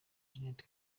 jeannette